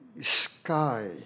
sky